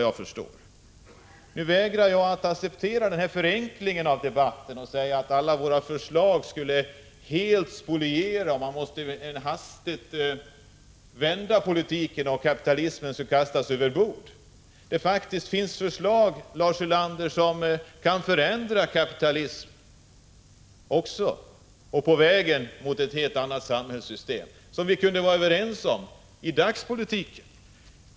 Jag vägrar acceptera denna förenkling av debatten och medge att alla våra förslag skulle helt spoliera ekonomin. Man måste hastigt vända politiken och kasta kapitalismen över bord. Det finns faktiskt förslag som kan vända kapitalismen mot ett helt annat samhällssystem och som vi kunde vara överens om i dagspolitiken.